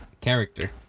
character